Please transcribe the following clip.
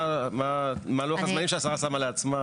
מה לוח הזמנים שהשרה שמה לעצמה